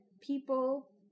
people